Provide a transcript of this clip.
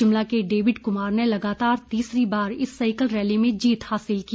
शिमला के डेविड कुमार ने लगातार तीसरी बार इस साइकिल रैली में जीत हासिल की